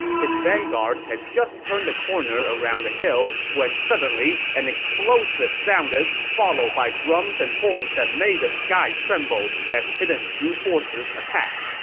his vanguard had just turned the corner around a hill when suddenly, an explosive sounded, followed by drums and horns that made the sky tremble as hidden shu forces attacked.